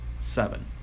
seven